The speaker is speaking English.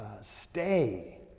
stay